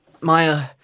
Maya